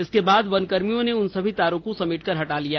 उसके बाद वन कर्मियों ने उन सभी तारों को समेट कर हटा लिया